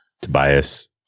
Tobias